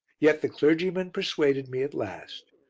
yet the clergyman persuaded me at last.